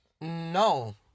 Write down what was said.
No